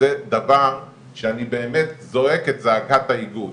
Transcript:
וזה דבר שאני באמת זועק את זעקת האיגוד.